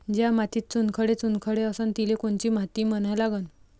ज्या मातीत चुनखडे चुनखडे असन तिले कोनची माती म्हना लागन?